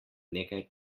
nekaj